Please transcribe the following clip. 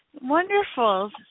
Wonderful